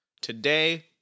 Today